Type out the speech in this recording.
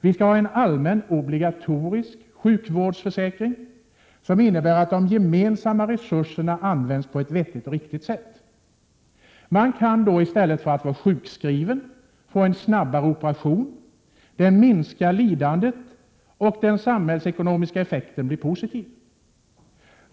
Vi vill ha en allmän obligatorisk sjukvårdsförsäkring som innebär att de gemensamma resurserna används på ett vettigt och riktigt sätt. Man kan då i stället för att vara sjukskriven bli opererad snabbare — det minskar lidandet, och den samhällsekonomiska effekten blir positiv.